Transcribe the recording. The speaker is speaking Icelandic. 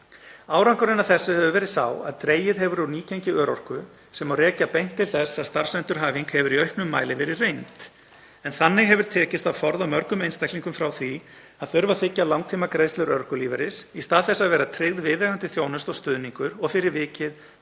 Árangurinn af þessu hefur verið sá að dregið hefur úr nýgengi örorku, sem má rekja beint til þess að starfsendurhæfing hefur í auknum mæli verið reynd. Þannig hefur tekist að forða mörgum einstaklingum frá því að þurfa að þiggja langtímagreiðslur örorkulífeyris í stað þess að vera tryggð viðeigandi þjónusta og stuðningur og fyrir vikið